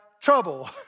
trouble